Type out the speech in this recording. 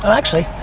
actually.